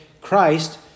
Christ